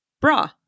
bra